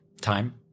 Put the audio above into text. Time